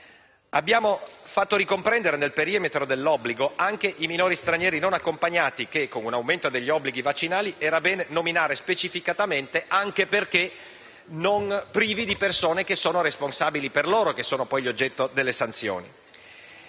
Abbiamo fatto ricomprendere nel perimetro dell'obbligo anche i minori stranieri non accompagnati che, con un aumento degli obblighi vaccinali, era bene nominare specificamente, anche perché privi di persone per loro responsabili da assoggettare alle sanzioni.